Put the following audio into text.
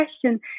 question